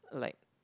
like